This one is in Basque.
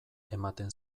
ematen